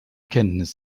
kenntnis